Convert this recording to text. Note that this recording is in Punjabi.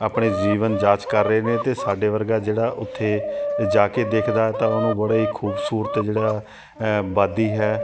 ਆਪਣੇ ਜੀਵਨ ਜਾਂਚ ਕਰ ਰਹੇ ਨੇ ਅਤੇ ਸਾਡੇ ਵਰਗਾ ਜਿਹੜਾ ਉੱਥੇ ਜਾ ਕੇ ਦੇਖਦਾ ਤਾਂ ਉਹਨੂੰ ਬੜੇ ਹੀ ਖੂਬਸੂਰਤ ਜਿਹੜਾ ਵਾਦੀ ਹੈ